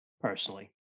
personally